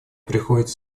приходится